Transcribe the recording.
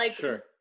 Sure